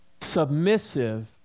submissive